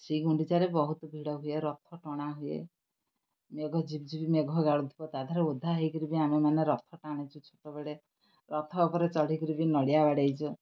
ଶ୍ରୀ ଗୁଣ୍ଡିଚାରେ ବହୁତ ଭିଡ଼ ହୁଏ ରଥ ଟଣା ହୁଏ ମେଘ ଝିପ୍ ଝିପ୍ ମେଘ ଗାଳୁଥିବ ତାଧିଅରେ ଓଦା ହେଇକିରି ବି ଆମେମାନେ ରଥ ଟାଣିଛୁ ଛୋଟବେଳେ ରଥ ଉପରେ ଚଢ଼ିକିରି ବି ନଡ଼ିଆ ବାଡ଼େଇଛୁ